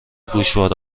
گوشواره